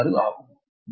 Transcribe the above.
07746 ஆகும்